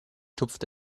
tupft